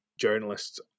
journalists